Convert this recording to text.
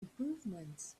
improvements